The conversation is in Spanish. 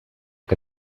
que